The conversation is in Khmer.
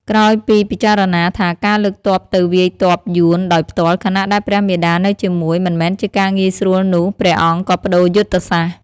ក្រោយពីពិចារណាថាការលើកទ័ពទៅវាយទ័ពយួនដោយផ្ទាល់ ខណៈដែលព្រះមាតានៅជាមួយ មិនមែនជាការងាយស្រួលនោះ ព្រះអង្គក៏ប្ដូរយុទ្ធសាស្ត្រ។